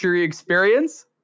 experience